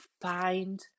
find